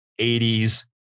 80s